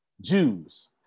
Jews